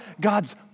God's